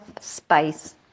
space